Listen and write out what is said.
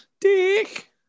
Dick